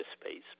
space